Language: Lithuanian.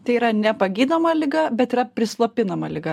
tai yra nepagydoma liga bet yra prislopinama liga